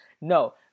No